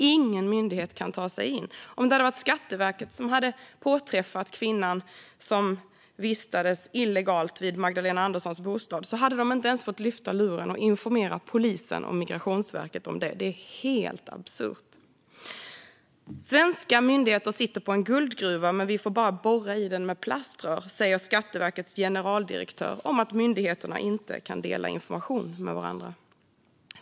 Ingen myndighet kan ta sig in. Om det hade varit Skatteverket som påträffade kvinnan som vistades illegalt vid Magdalena Anderssons bostad hade man inte ens fått lyfta luren och informera polisen och Migrationsverket om det. Det är helt absurt! Svenska myndigheter sitter på en guldgruva, men vi får bara borra i den med plaströr, säger Skatteverkets generaldirektör om att myndigheterna inte kan dela information med varandra.